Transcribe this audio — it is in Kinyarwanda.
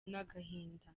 n’agahinda